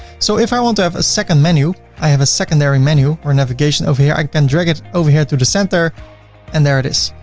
so if i want to have a second menu i have a secondary menu or navigation over here, i can drag it over here to the center and there it is.